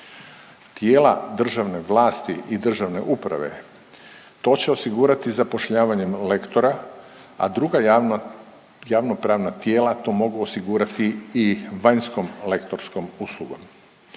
Tijela državne vlasti i državne uprave to će osigurati zapošljavanjem lektora, a druga javnopravna tijela to mogu osigurati i vanjskom lektorskom uslugom.